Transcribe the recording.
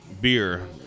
beer